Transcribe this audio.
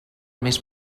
més